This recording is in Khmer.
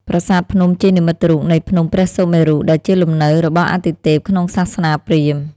ប្រាសាទភ្នំជានិមិត្តរូបនៃភ្នំព្រះសុមេរុ ដែលជាលំនៅរបស់អាទិទេពក្នុងសាសនាព្រាហ្មណ៍។